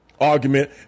argument